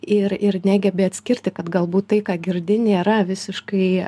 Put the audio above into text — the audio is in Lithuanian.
ir ir negebi atskirti kad galbūt tai ką girdi nėra visiškai